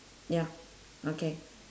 ya okay